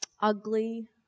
ugly